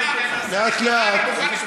לא ברמה של בה"ד 1. אני רוצה, בבקשה.